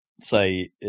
say